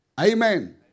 Amen